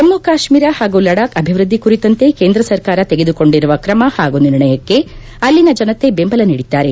ಜಮ್ನ ಕಾಶ್ನೀರ ಹಾಗೂ ಲಡಾಕ್ ಅಭಿವೃದ್ದಿ ಕುರಿತಂತೆ ಕೇಂದ್ರ ಸರ್ಕಾರ ತೆಗೆದುಕೊಂಡಿರುವ ಕ್ರಮ ಹಾಗೂ ನಿರ್ಣಯಕ್ಷೆ ಅಲ್ಲಿನ ಜನತೆ ಬೆಂಬಲ ನೀಡಿದ್ದಾರೆ